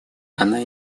она